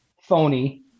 phony